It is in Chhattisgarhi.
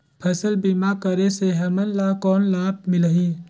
फसल बीमा करे से हमन ला कौन लाभ मिलही?